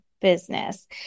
business